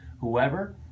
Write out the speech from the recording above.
whoever